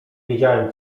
wiedziałem